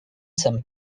some